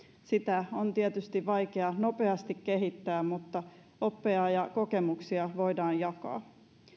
sitä on tietysti vaikea nopeasti kehittää mutta oppeja ja kokemuksia voidaan jakaa